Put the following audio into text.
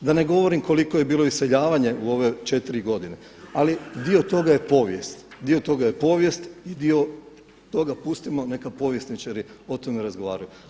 Da ne govorim koliko je bilo iseljavanje u ove 4 godine ali dio toga je povijest, dio toga je povijest i dio toga pustimo neka povjesničari o tome razgovaraju.